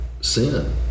sin